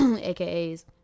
AKA's